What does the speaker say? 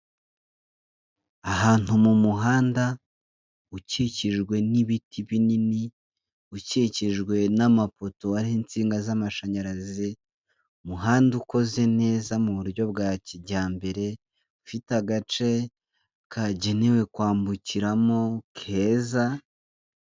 Ahantu mu muhanda ukikijwe n'ibiti binini, ukikijwe n'amapoto ariho insinga z'amashanyarazi, umuhanda ukoze neza mu buryo bwa kijyambere ufite agace kagenewe kwambukiramo keza.